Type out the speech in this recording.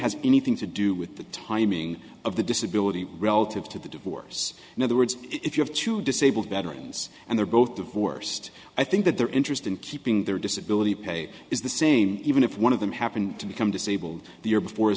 has anything to do with the timing of the disability relative to the divorce in other words if you have two disabled veterans and they're both divorced i think that their interest in keeping their disability pay is the same even if one of them happened to become disabled the year before his